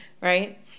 Right